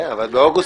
מעניין.